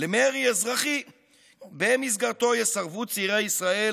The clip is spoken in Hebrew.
למרי אזרחי שבמסגרתו יסרבו צעירי ישראל